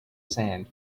sand